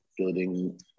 building